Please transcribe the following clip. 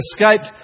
escaped